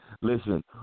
listen